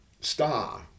star